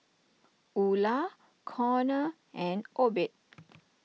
Ula Conor and Obed